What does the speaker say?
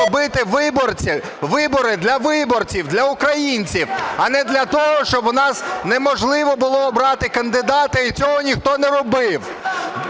вибори для виборців, для українців, а не для того, щоб у нас неможливо було обрати кандидата, і цього ніхто не робив.